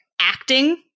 acting